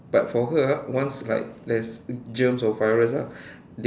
but for her ah once like there's germs or virus ah